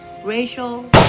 Racial